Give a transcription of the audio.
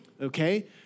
Okay